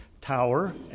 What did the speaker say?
tower